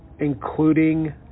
including